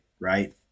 right